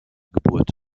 geburt